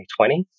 2020